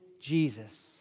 Jesus